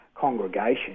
congregation